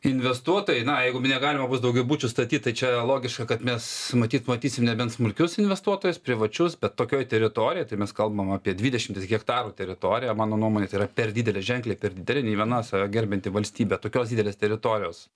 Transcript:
investuotojai na jeigu negalima bus daugiabučių statyt tai čia logiška kad mes matyt matysim nebent smulkius investuotojus privačius bet tokioj teritorijoj tai mes kalbam apie dvidešimties hektarų teritoriją mano nuomone tai yra per didelė ženkliai per didelė nei viena save gerbianti valstybė tokios didelės teritorijos